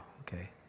okay